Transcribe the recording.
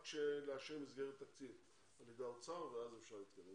רק לאשר מסגרת תקציב על ידי האוצר ואז אפשר להתקדם.